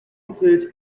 includes